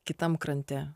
kitam krante